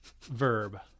verb